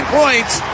points